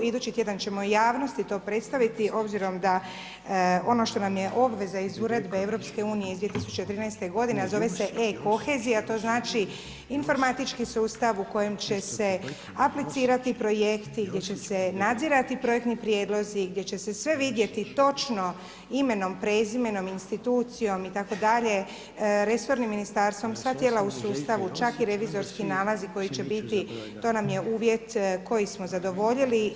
Idući tjedan ćemo javnosti to predstaviti obzirom da ono što nam je obveza iz Uredbe EU iz 2013. godine a zove se e-kohezija a to znači informatički sustav u kojem će se aplicirati projekti, gdje će se nadzirati projektni prijedlozi, gdje će se sve vidjeti točno imenom, prezimenom, institucijom itd., resornim ministarstvom, sva tijela u sustavu, čak i revizorski nalazi koji će biti, to nam je uvjet koji smo zadovoljili.